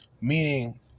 Meaning